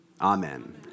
Amen